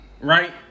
Right